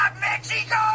Mexico